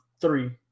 three